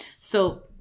So-